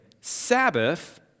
Sabbath